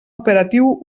operatiu